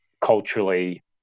culturally